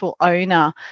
owner